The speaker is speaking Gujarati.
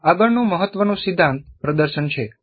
આગળનું મહત્વનું સિદ્ધાંત પ્રદર્શન છે